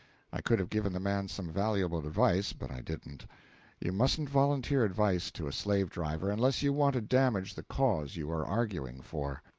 i could have given the man some valuable advice, but i didn't you mustn't volunteer advice to a slave-driver unless you want to damage the cause you are arguing for.